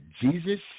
Jesus